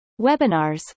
webinars